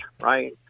right